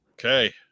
Okay